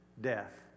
death